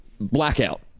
Blackout